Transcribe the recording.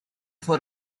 for